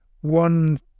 one